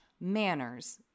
manners